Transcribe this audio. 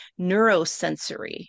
neurosensory